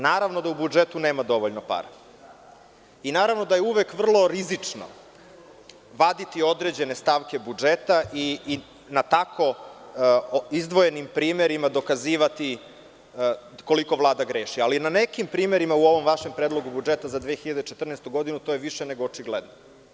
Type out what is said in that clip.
Naravno da u budžetu nema dovoljno para i naravno da je uvek vrlo rizično vaditi određene stavke budžeta i na tako izdvojenim primerima dokazivati koliko Vlada greši, ali na nekim primerima u ovom vašem predlogu budžeta za 2014. godinu to je više nego očigledno.